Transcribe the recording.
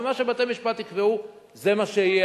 ומה שבתי-משפט יקבעו, זה מה שיהיה.